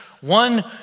One